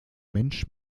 mensch